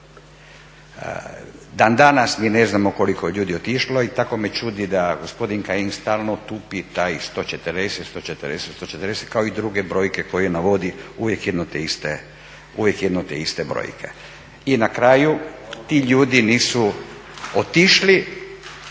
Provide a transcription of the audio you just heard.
Dana danas mi ne znamo koliko je ljudi otišlo i tako me čudi da gospodin Kajin stalno tupi taj 140, 140, 140 kao i druge brojke koje navodi, uvijek jedno te iste brojke. I na kraju ti ljudi nisu otišli,